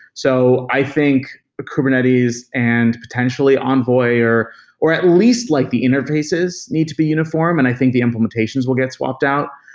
so i think kubernetes and potentially envoy or or at least like the interfaces need to be uniform and i think the implementations will get swapped out.